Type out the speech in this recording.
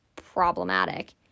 problematic